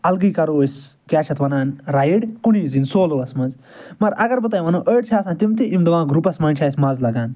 الگے کرو أسۍ کیاہ چھِ اتھ وَنان رایڈ کُنی زٔنۍ سولو وَس مَنٛز مگر اگر بہٕ تۄہہِ ونو أڑۍ چھِ آسان تِم تہِ یِم دَپان گرُپَس مَنٛز چھ اَسہِ مَزٕ لَگان